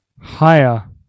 Higher